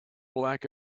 black